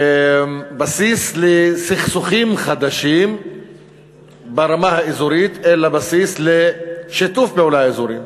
בסיס לסכסוכים חדשים ברמה האזורית אלא בסיס לשיתוף פעולה אזורי,